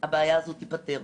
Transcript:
הבעיה הזו תיפתר,